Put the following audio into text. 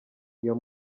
iyo